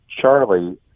Charlie